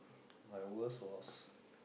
my worst was